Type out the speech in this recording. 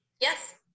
Yes